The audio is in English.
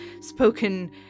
spoken